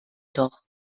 doch